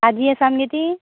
ताज्जी आसा मगे ती